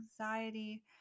anxiety